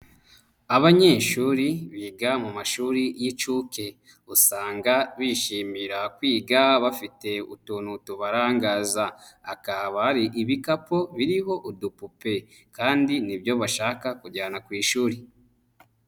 Abanyeshuri biga mu mashuri y'incuke usanga bishimira kwiga bafite utuntu tubarangazaba akaba hari ibikapu biriho udupupe, kandi nibyo bashaka kujyana ku ishuri.